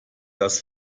das